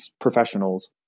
professionals